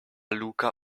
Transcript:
luca